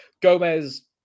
Gomez